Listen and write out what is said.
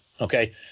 okay